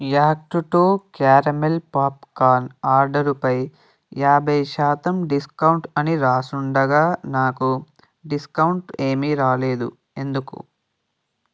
act two caramel popcorn ఆర్డరుపై యాభై శాతం డిస్కౌంట్ అని వ్రాసి ఉండగా నాకు డిస్కౌంట్ ఏమీ రాలేదు ఎందుకు